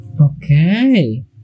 Okay